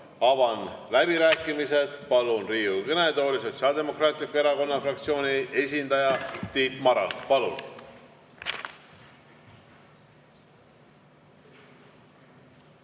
avan läbirääkimised. Palun Riigikogu kõnetooli Sotsiaaldemokraatliku Erakonna fraktsiooni esindaja Tiit Marani. Palun!